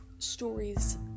stories